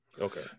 Okay